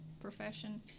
profession